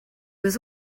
was